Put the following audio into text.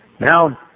Now